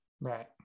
Right